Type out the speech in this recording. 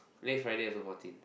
next Friday also fourteen